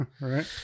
right